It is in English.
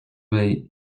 bay